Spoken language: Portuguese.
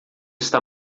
está